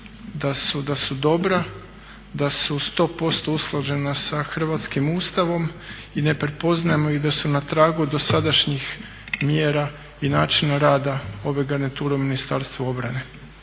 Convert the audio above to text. da su dobra, da su sto posto usklađena sa hrvatskim Ustavom i ne prepoznajemo ih da su na tragu dosadašnjih mjera i načina rada ove garniture u Ministarstvu obrane.